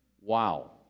Wow